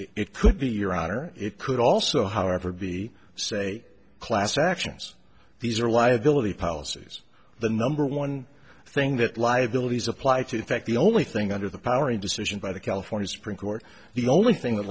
it could be your honor it could also however be say class actions these are liability policies the number one thing that liabilities apply to affect the only thing under the power a decision by the california supreme court the only thing